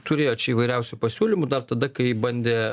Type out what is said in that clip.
turėjo čia įvairiausių pasiūlymų dar tada kai bandė